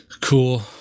cool